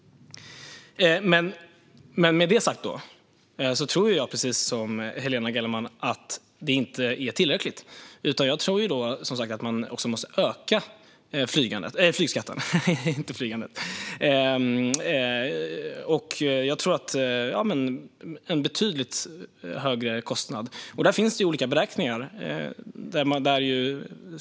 Med detta sagt tror jag, precis som Helena Gellerman, att det inte är tillräckligt, utan jag tror att man måste öka flygskatten så att det blir en betydligt högre kostnad. Det finns olika beräkningar.